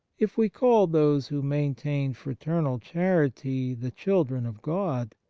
if we call those who maintain fraternal charity the children of god,